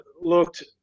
looked